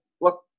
look